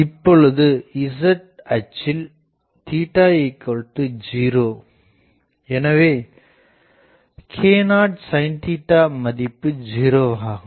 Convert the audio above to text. இப்பொழுது Z அச்சில் 0எனவே k0 sin மதிப்பு ஜீரோவாகும்